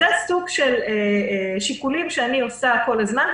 זה סוג של שיקולים שאני עושה כל הזמן.